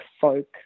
folk